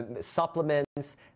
supplements